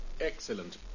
Excellent